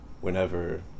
whenever